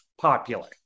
popular